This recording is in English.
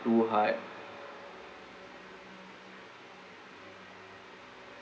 too hard